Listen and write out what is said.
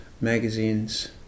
magazines